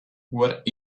what